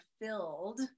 filled